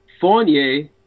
Fournier